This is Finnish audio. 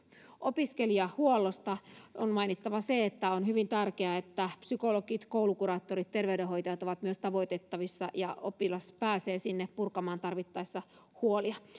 opiskelijahuollosta on mainittava se että on hyvin tärkeää että psykologit koulukuraattorit ja terveydenhoitajat ovat myös tavoitettavissa ja oppilas pääsee sinne tarvittaessa purkamaan huolia